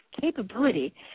capability